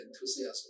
enthusiasm